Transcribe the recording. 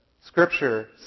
Scripture